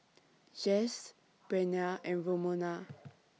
Jesse Breanna and Romona